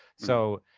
so,